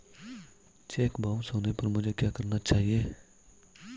Check bounce होने पर मुझे क्या करना चाहिए?